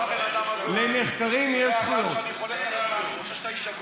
אני חושב שאתה איש הגון,